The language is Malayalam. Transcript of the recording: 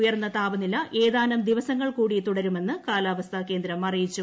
ഉയർന്ന താപനില ഏതാനും ദിവസങ്ങൾ കൂടി തുടരുമെന്ന് കാലാവസ്ഥാ കേന്ദ്രം അറിയിച്ചു